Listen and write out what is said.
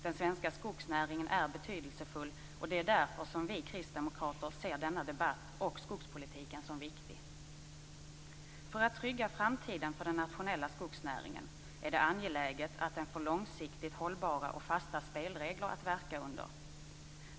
Den svenska skogsnäringen är betydelsefull och det är därför som vi kristdemokrater ser denna debatt och skogspolitiken som viktig. För att trygga framtiden för den nationella skogsnäringen är det angeläget att den får långsiktigt hållbara och fasta spelregler att verka under.